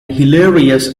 hilarious